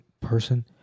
person